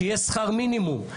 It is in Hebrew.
שיהיה שכר מינימום.